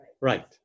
right